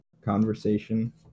Conversation